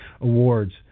awards